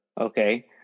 okay